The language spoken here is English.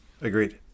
agreed